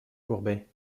courbet